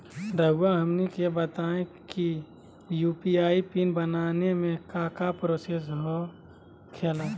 रहुआ हमनी के बताएं यू.पी.आई पिन बनाने में काका प्रोसेस हो खेला?